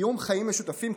קיום חיים משותפים,